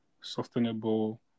sustainable